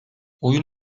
oyun